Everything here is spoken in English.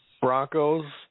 Broncos